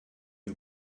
you